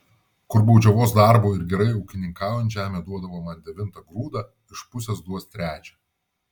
kur baudžiavos darbu ir gerai ūkininkaujant žemė duodavo man devintą grūdą iš pusės duos trečią